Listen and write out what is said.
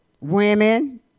women